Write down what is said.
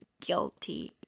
Guilty